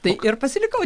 tai ir pasilikau